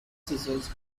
scissors